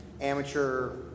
amateur